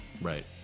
Right